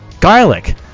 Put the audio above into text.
Garlic